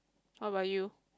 what about you